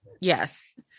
Yes